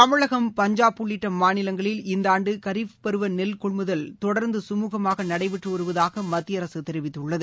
தமிழகம் பஞ்சாப் உள்ளிட்ட மாநிலங்களில் இந்த ஆண்டு கரீப் பருவ நெல் கொள்முதல் தொடர்ந்து சுமூகமாக நடைபெற்று வருவதாக மத்திய அரசு தெரிவித்துள்ளது